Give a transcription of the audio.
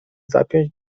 zapiąć